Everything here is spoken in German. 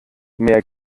mehr